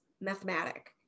mathematic